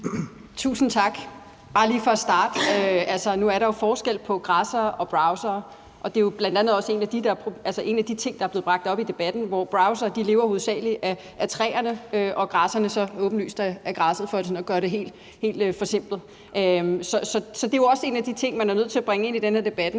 Tusind tak. Jeg vil lige starte med at sige, at der jo er forskel på græssere og browsere – det er jo bl.a. en af de ting, der er blevet bragt op i debatten – hvor browsere hovedsagelig lever af træerne og græsserne så åbenlyst af græsset, for sådan at gøre det helt forsimplet. Så det er jo også en af de ting, man er nødt til at bringe ind i debatten.